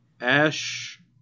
Ash